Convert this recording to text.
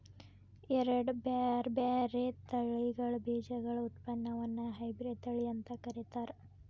ಎರಡ್ ಬ್ಯಾರ್ಬ್ಯಾರೇ ತಳಿಗಳ ಬೇಜಗಳ ಉತ್ಪನ್ನವನ್ನ ಹೈಬ್ರಿಡ್ ತಳಿ ಅಂತ ಕರೇತಾರ